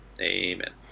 Amen